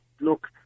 look